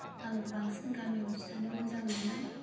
आं बांसिन गासियावसो थानो मोजां मोनो